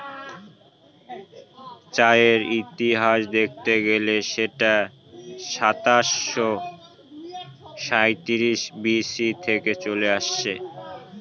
চায়ের ইতিহাস দেখতে গেলে সেটা সাতাশো সাঁইত্রিশ বি.সি থেকে চলে আসছে